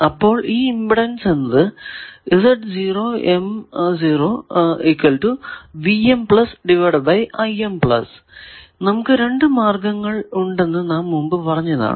അപ്പോൾ ഈ ഇമ്പിഡൻസ് എന്നത് നമുക്ക് രണ്ടു മാർഗങ്ങൾ ഉണ്ടെന്നു നാം മുമ്പ് പറഞ്ഞതാണ്